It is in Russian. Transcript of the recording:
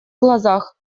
глазах